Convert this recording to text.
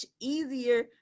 easier